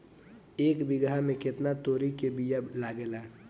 एक बिगहा में केतना तोरी के बिया लागेला?